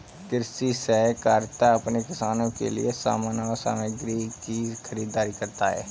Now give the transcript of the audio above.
कृषि सहकारिता अपने किसानों के लिए समान और सामग्री की खरीदारी करता है